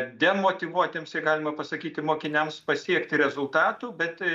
demotyvuotiems jei galima pasakyti mokiniams pasiekti rezultatų bet